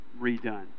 redone